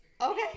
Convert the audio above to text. Okay